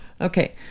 Okay